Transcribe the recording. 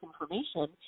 information